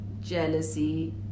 jealousy